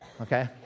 Okay